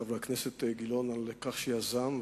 חבר הכנסת גילאון על כך שיזם,